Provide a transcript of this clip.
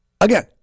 Again